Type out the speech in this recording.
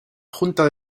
junta